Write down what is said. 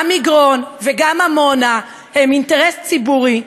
גם מגרון וגם עמונה הם אינטרס ציבורי,